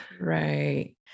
Right